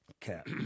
Cap